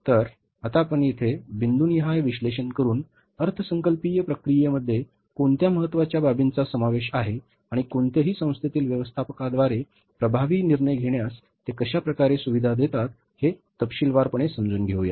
तर आता आपण येथे बिंदूनिहाय विश्लेषण करून अर्थसंकल्पीय प्रक्रियेमध्ये कोणत्या महत्त्वाच्या बाबींचा समावेश आहे आणि कोणत्याही संस्थेतील व्यवस्थापकांद्वारे प्रभावी निर्णय घेण्यास ते कशा प्रकारे सुविधा देतात हे तपशीलवारपणे समजून घेऊया